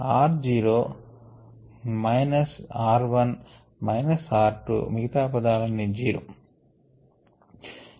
r zero minus r 1 minus r 2 మిగతా పదాలన్నీ zero d d t of S తో సమానం